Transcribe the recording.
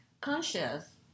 conscious